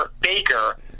Baker